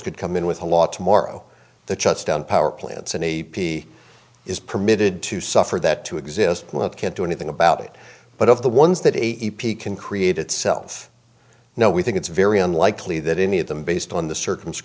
could come in with a law tomorrow the chuch down power plants and a p is permitted to suffer that to exist can't do anything about it but of the ones that a p can create itself now we think it's very unlikely that any of them based on the circums